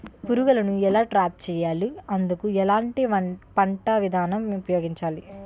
పురుగులను ఎలా ట్రాప్ చేయాలి? అందుకు ఎలాంటి పంట విధానం ఉపయోగించాలీ?